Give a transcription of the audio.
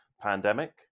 pandemic